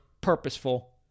purposeful